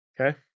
Okay